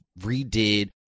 redid